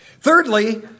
Thirdly